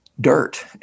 dirt